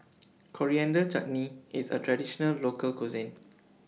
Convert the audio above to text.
Coriander Chutney IS A Traditional Local Cuisine